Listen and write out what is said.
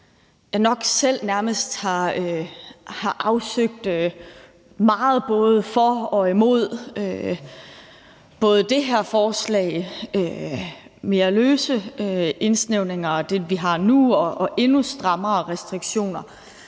jeg nok selv nærmest har afsøgt meget både for og imod, både i det her forslag, mere løse indsnævringer, og det, vi har nu, og endnu strammere restriktioner.